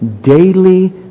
daily